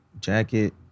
jacket